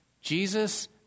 Jesus